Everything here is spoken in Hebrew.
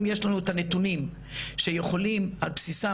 אם יש לנו את הנתונים שיכולים על בסיסם